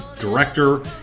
Director